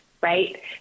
Right